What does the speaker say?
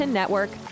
network